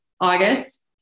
August